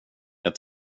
jag